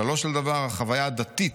"כללו של דבר: החוויה הדתית